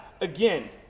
again